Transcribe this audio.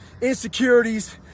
insecurities